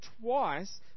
twice